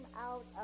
out